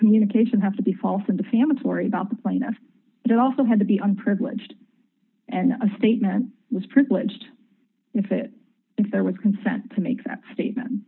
communication have to be false and defamatory about the plaintiff it also had to be on privileged and a statement was privileged if it if there was consent to make that statement